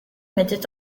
mettait